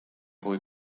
kui